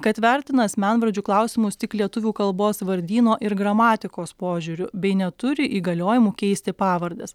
kad vertina asmenvardžių klausimus tik lietuvių kalbos vardyno ir gramatikos požiūriu bei neturi įgaliojimo keisti pavardes